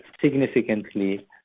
significantly